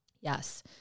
Yes